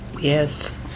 Yes